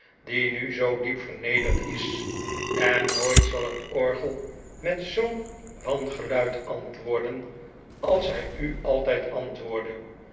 die nu zoo diep vernederd is en nooit zal het orgel met zoo'n wan geluid antwoorden als hij u altijd